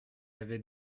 avait